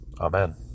Amen